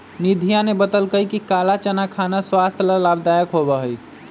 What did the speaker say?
निधिया ने बतल कई कि काला चना खाना स्वास्थ्य ला लाभदायक होबा हई